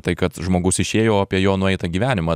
tai kad žmogus išėjo o apie jo nueitą gyvenimą